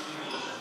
היושב-ראש,